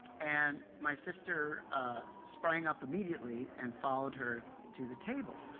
and my sister sprang up immediately and followed her to the table.